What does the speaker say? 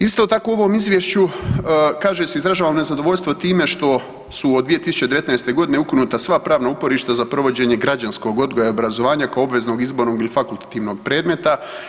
Isto tako u ovom izvješću kaže se izražavam nezadovoljstvo time što su od 2019. godine ukinuta sva pravna uporišta za provođenje građanskog odgoja i obrazovanja kao obveznog izbornog ili fakultativnog predmeta.